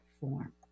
form